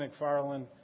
McFarland